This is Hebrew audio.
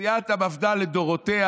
סיעת המפד"ל לדורותיה